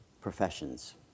professions